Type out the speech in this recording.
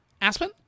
Aspen